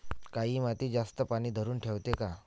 काळी माती जास्त पानी धरुन ठेवते का?